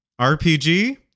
RPG